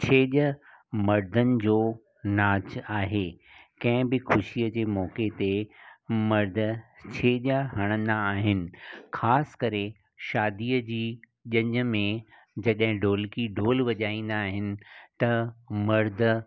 छेॼ मर्दनि जो नाचु आहे कंहिं बि ख़ुशीअ जे मौक़े ते मर्द छेॼ हणंदा आहिनि ख़ासि करे शादीअ जी ॼञ में ढोलकी ढोल वॼाईंदा आहिनि त मर्द